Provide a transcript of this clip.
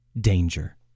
danger